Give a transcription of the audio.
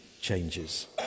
changes